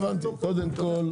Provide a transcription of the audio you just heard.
היבואנים שגם משווקים,